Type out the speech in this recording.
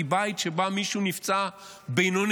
כי בית שבו מישהו נפצע בינוני,